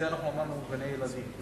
בגלל זה אמרנו גני-ילדים.